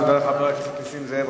תודה לחבר הכנסת נסים זאב.